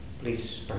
please